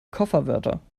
kofferwörter